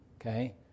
okay